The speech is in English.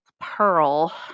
Pearl